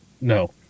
No